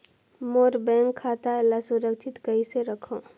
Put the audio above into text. मोर bank खाता ला सुरक्षित कइसे रखव?